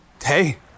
Hey